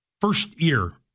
First-year